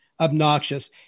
obnoxious